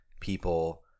people